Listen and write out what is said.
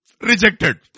rejected